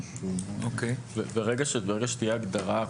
ברגע שתהיה הגדרה,